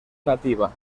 nativa